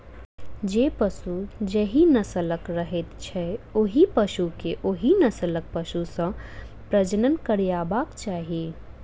जे पशु जाहि नस्लक रहैत छै, ओहि पशु के ओहि नस्लक पशु सॅ प्रजनन करयबाक चाही